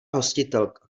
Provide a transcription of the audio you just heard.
hostitelka